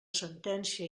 sentència